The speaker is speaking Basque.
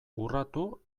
urratu